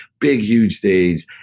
big huge stage,